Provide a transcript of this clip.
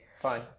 fine